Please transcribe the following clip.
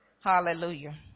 Hallelujah